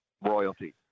royalty